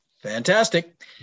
Fantastic